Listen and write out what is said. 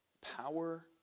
power